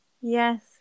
Yes